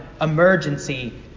emergency